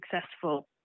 successful